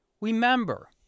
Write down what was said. remember